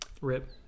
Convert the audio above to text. Rip